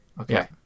Okay